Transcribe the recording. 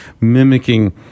mimicking